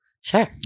Sure